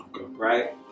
right